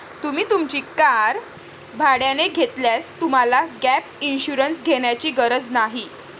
तुम्ही तुमची कार भाड्याने घेतल्यास तुम्हाला गॅप इन्शुरन्स घेण्याची गरज नाही